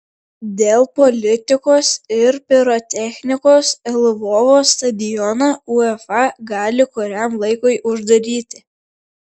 dėl politikos ir pirotechnikos lvovo stadioną uefa gali kuriam laikui uždaryti